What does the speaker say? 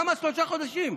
למה שלושה חודשים?